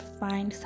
find